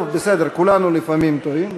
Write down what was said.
טוב, בסדר, כולנו לפעמים טועים.